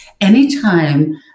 Anytime